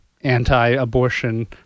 anti-abortion